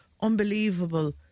unbelievable